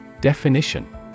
Definition